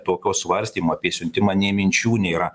tokio svarstymo apie siuntimą nė minčių nėra